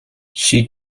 she